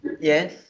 Yes